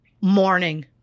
morning